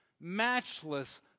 matchless